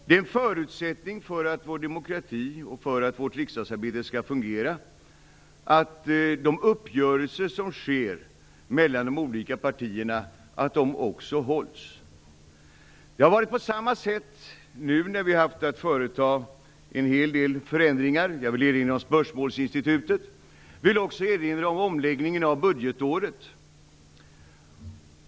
En förutsättning för att vår demokrati och vårt riksdagsarbete skall fungera är att de uppgörelser som träffas mellan de olika partierna också hålls. Det har varit på samma sätt nu när vi har haft att företa en hel del förändringar. Jag vill då erinra om spörsmålsinstitutet. Jag vill också erinra om omläggningen av budgetåret.